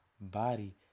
body